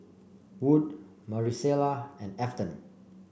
Wood Marisela and Afton